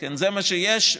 זה מה שיש,